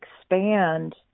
expand